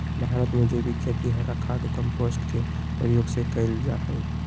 भारत में जैविक खेती हरा खाद, कंपोस्ट के प्रयोग से कैल जा हई